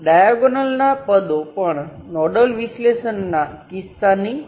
તેથી આપણે આ વોલ્ટેજ સ્ત્રોત લઈએ છીએ તેને ત્યાં ત્યાં અને ત્યાં મોકલીએ છીએ